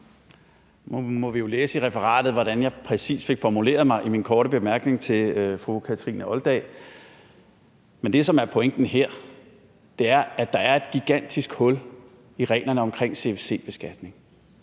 Nu må vi jo læse i referatet, hvordan jeg præcis fik formuleret mig i min korte bemærkning til fru Kathrine Olldag. Men det, som er pointen her, er, at der er et gigantisk hul i reglerne om CFC-beskatning,